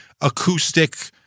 acoustic